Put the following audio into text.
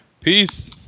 Peace